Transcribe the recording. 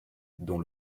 dont